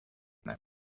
that